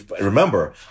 remember